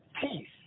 peace